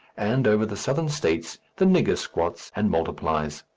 and over the southern states the nigger squats and multiplies.